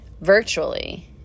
virtually